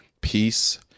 Peace